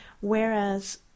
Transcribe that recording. Whereas